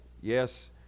yes